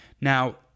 Now